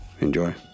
Enjoy